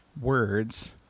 words